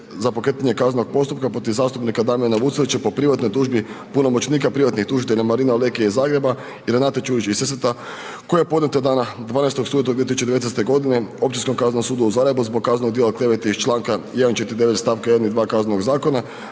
za pokretanje kaznenog postupka protiv zastupnika Damjana Vucelića po privatnoj tužbi punomoćnika privatnih tužitelja Marina Leke iz Zagreba i Renate Čujić iz Sesveta koja je podnijeta dana 12. studenog 2019. godine Općinskom kaznenom sudu u Zagrebu zbog kaznenog djela klevete iz Članka 149. stavka 1. i 2. Kaznenog zakona